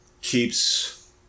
keeps